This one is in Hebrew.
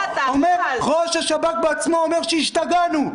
-- ראש השב"כ בעצמו אומר שהשתגענו,